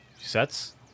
Sets